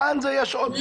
כאן יש עוד גישות.